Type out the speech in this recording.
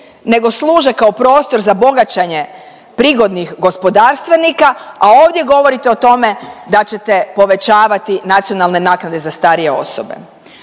nego služe kao prostor za bogaćenje prigodnih gospodarstvenika, a ovdje govorite o tome da ćete povećavati nacionalne naknade za starije osobe.